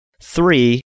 Three